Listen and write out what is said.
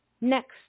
next